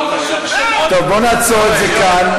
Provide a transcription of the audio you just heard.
הלוואי, טוב, בואו נעצור את זה כאן.